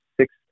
six